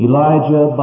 Elijah